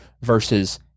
versus